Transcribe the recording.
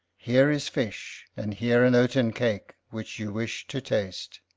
here is fish, and here an oaten cake which you wish to taste.